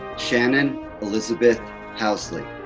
shannon elizabeth housley.